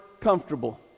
comfortable